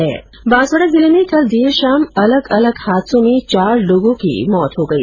बांसवाड़ा जिले में कल देर शाम अलग अलग हादसों में चार लोगों की मौत हो गई